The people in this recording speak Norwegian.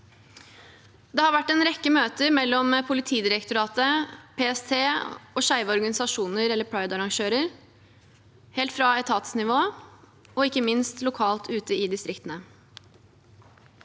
Det har vært en rekke møter mellom Politidirektoratet, PST og skeive organisasjoner eller pride-arrangører, helt fra etatsnivå og ikke minst lokalt ute i distriktene.